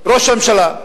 ראש הממשלה.